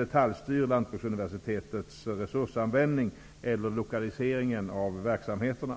detaljstyr Lantbruksuniversitetets resursanvändning eller lokaliseringen av verksamheterna.